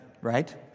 Right